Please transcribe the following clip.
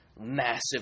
massive